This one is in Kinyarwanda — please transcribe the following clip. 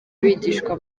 bigishwa